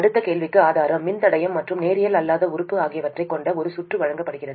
அடுத்த கேள்விக்கு ஆதாரம் மின்தடையம் மற்றும் நேரியல் அல்லாத உறுப்பு ஆகியவற்றைக் கொண்ட ஒரு சுற்று வழங்கப்படுகிறது